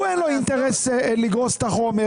הוא אין לו אינטרס לגרוס את החומר,